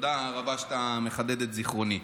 תודה רבה שאתה מחדד את זיכרוני.